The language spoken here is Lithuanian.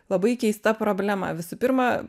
labai keista problema visų pirma